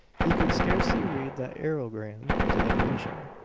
he could scarcely read that aerogram to the commission.